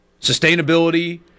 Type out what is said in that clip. sustainability